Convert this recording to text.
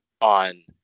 on